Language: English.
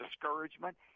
discouragement